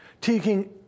taking